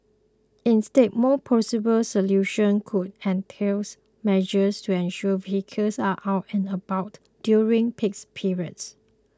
instead more plausible solutions could entails measures to ensure vehicles are out and about during peaks periods